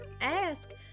ask